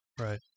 Right